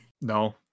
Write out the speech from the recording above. No